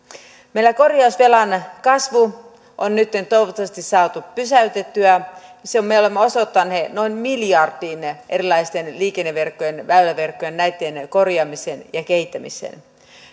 meillä korjausvelan kasvu on nytten toivottavasti saatu pysäytettyä sillä me olemme osoittaneet noin miljardin erilaisten liikenneverkkojen väyläverkkojen korjaamiseen ja kehittämiseen